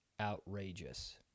Outrageous